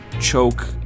choke